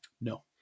No